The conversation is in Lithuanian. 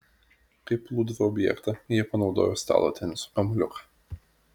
kaip plūdrų objektą jie panaudojo stalo teniso kamuoliuką